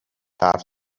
حرف